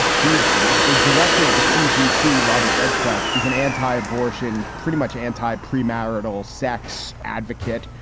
he's in it. the director of the cdc, robert redfield, is an anti-abortion, pretty much anti pre-marital sex advocate,